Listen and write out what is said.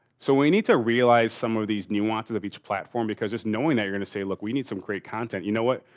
so, we need to realize some of these nuances of each platform because just knowing that you're gonna say look, we need some great content. you know what?